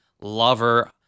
lover